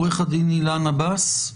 עורך דין אילן עבאס,